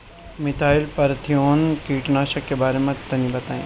Methyl parathion कीटनाशक के बारे में तनि बताई?